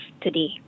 today